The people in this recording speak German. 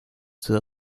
zur